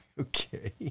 okay